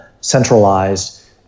centralized